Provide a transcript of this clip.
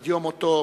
עד יום מותו